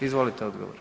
Izvolite odgovor.